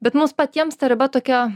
bet mums patiems ta riba tokia